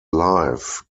life